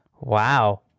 Wow